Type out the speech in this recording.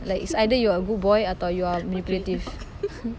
like it's either you are a good boy atau you are manipulative